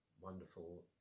wonderful